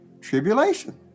tribulation